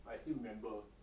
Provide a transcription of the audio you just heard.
I still remember